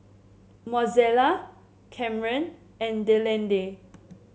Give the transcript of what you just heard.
Mozella Kamryn and Delaney